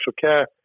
care